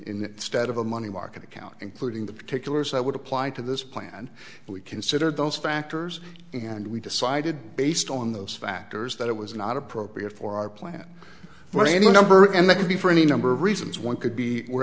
in stead of a money market account including the particulars i would apply to this plan and we consider those factors and we decided based on those factors that it was not appropriate for our plan for any number of them they could be for any number of reasons one could be we're